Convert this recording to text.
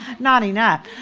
not enough.